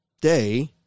day